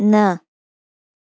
न